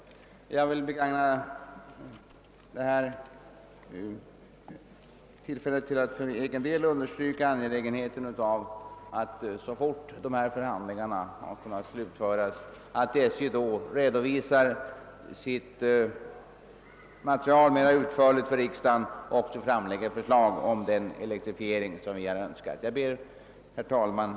Jag vill begagna detta tillfälle till att för egen del understryka angelägenheten av att SJ så snart de pågående förhandlingarna kunnat slutföras mera utförligt redovisar sitt material för riksdagen och framlägger förslag om genomförande av den av oss önskade elektrifieringen. Herr talman!